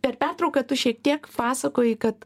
per pertrauką tu šiek tiek pasakojai kad